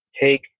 take